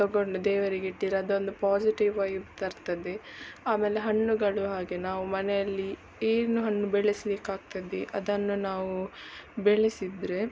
ತೊಗೊಂಡು ದೇವರಿಗೆ ಇಟ್ಟರೆ ಅದೊಂದು ಪಾಸಿಟಿವ್ ವೈಬ್ ತರ್ತದೆ ಆಮೇಲೆ ಹಣ್ಣುಗಳು ಹಾಗೇ ನಾವು ಮನೆಯಲ್ಲಿ ಏನು ಹಣ್ಣು ಬೆಳೆಸಲಿಕ್ಕಾಗ್ತದೆ ಅದನ್ನು ನಾವು ಬೆಳೆಸಿದರೆ